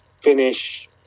finish